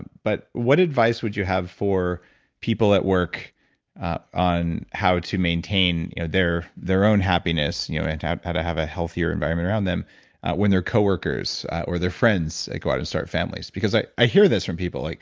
but what advice would you have for people at work on how to maintain you know their their own happiness you know and how to have a healthier environment around them when their coworkers or their friends go out and start families? because i i hear this from people. like